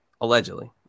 allegedly